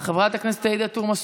חברת הכנסת עאידה תומא סלימאן,